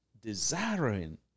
desiring